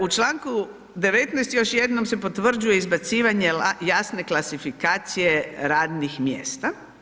U Članku 19. još jednom se potvrđuje izbacivanja jasne klasifikacije radnih mjesta.